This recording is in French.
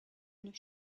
une